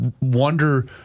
wonder